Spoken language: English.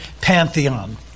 pantheon